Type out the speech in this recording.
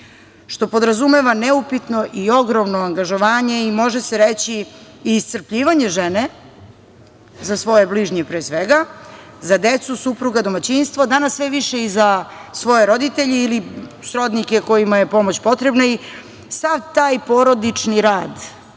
što podrazumeva neupitno i ogromno angažovanje i može se reći i iscrpljivanje žene za svoje bližnje pre svega, za decu, supruga, domaćinstvo, danas sve više i za svoje roditelje ili srodnike kojima je pomoć potrebna. Sav taj porodični rad,